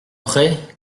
près